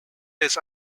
his